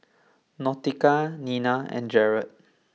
Nautica Nina and Jared